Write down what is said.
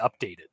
updated